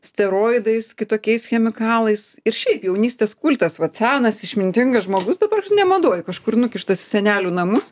steroidais kitokiais chemikalais ir šiaip jaunystės kultas vat senas išmintingas žmogus dabar ne madoj kažkur nukištas į senelių namus